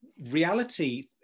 reality